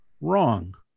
wrong